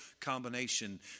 combination